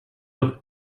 noch